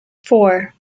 four